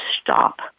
stop